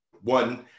one